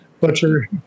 Butcher